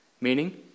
Meaning